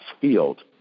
field